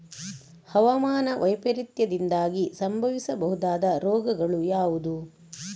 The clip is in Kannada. ಹವಾಮಾನ ವೈಪರೀತ್ಯದಿಂದಾಗಿ ಸಂಭವಿಸಬಹುದಾದ ರೋಗಗಳು ಯಾವುದು?